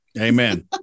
Amen